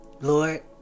Lord